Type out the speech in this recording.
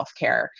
healthcare